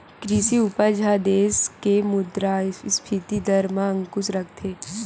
कृषि उपज ह देस के मुद्रास्फीति दर म अंकुस रखथे